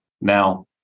Now